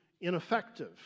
ineffective